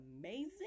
amazing